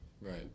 Right